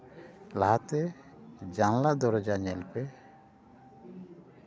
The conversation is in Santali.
ᱞᱟᱦᱟᱛᱮ ᱡᱟᱱᱞᱟ ᱫᱚᱨᱡᱟ ᱧᱮᱞ ᱯᱮ